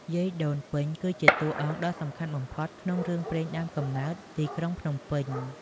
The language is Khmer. យាយដូនពេញ គឺជាតួអង្គដ៏សំខាន់បំផុតក្នុងរឿងព្រេងដើមកំណើតទីក្រុងភ្នំពេញ។